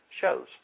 shows